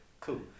cool